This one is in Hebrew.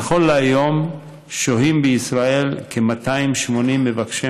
נכון להיום שוהים בישראל כ-280 מבקשי